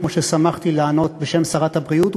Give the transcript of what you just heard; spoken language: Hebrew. כמו ששמחתי לענות בשם שרת הבריאות,